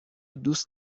دوست